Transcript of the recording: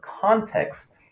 context